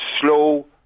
slow